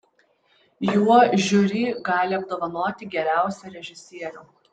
juo žiuri gali apdovanoti geriausią režisierių